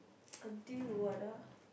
until what ah